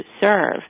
serve